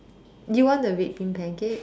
do you want a red bean pancake